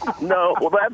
No